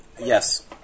yes